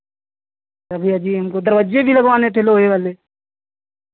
तो भैया जी हमको दरवाजे भी लगवाने थे लोहे वाले